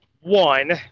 one